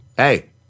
Hey